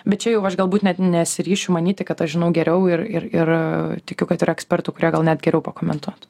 bet čia jau aš galbūt net nesiryšiu manyti kad aš žinau geriau ir ir ir tikiu kad yra ekspertų kurie gal net geriau pakomentuotų